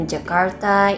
Jakarta